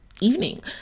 evening